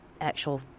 actual